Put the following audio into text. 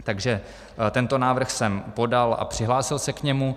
Takže tento návrh jsem podal a přihlásil se k němu.